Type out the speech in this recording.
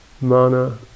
mana